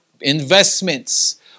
investments